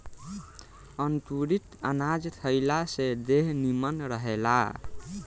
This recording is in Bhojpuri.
अंकुरित अनाज खइला से देह निमन रहेला